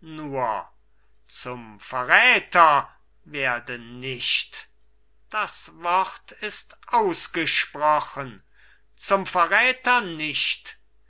nur zum verräter werde nicht das wort ist ausgesprochen zum verräter nicht